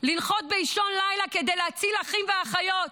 לנחות באישון לילה כדי להציל אחים ואחיות.